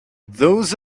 those